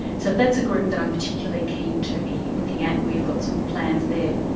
so that's a group that i'm particularly keen to be looking at, and we've got some plans there.